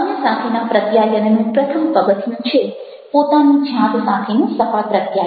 અન્ય સાથેના પ્રત્યાયનનું પ્રથમ પગથિયું છે પોતાની જાત સાથેનું સફળ પ્રત્યાયન